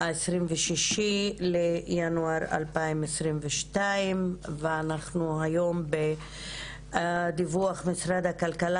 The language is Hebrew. ה-26 בינואר 2022 ואנחנו היום בדיווח משרד הכלכלה